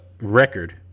record